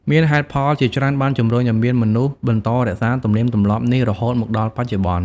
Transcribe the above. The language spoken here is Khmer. មានហេតុផលជាច្រើនបានជំរុញឱ្យមនុស្សបន្តរក្សាទំនៀមទម្លាប់នេះរហូតមកដល់បច្ចុប្បន្ន។